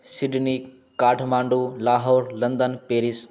Sydney Kathmandu Lahore London Paris